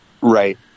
Right